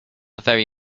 very